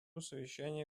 совещания